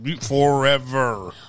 forever